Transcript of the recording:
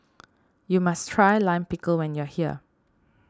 you must try Lime Pickle when you are here